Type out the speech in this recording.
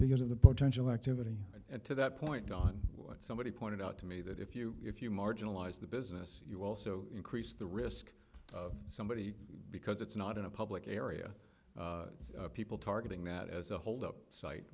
because of the potential activity to that point on somebody pointed out to me that if you if you marginalize the business you also increase the risk of somebody because it's not in a public area people targeting that as a hold up site